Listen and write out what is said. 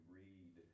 read